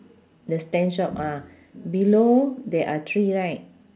the stand shop ah below there are three right